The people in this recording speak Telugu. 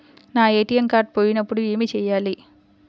నా ఏ.టీ.ఎం కార్డ్ పోయినప్పుడు ఏమి చేయాలి?